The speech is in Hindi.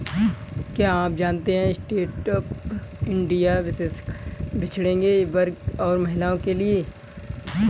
क्या आप जानते है स्टैंडअप इंडिया विशेषकर पिछड़े वर्ग और महिलाओं के लिए है?